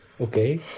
Okay